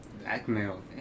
Blackmail